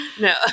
No